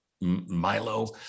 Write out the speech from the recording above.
Milo